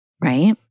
right